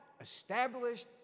established